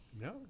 No